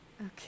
Okay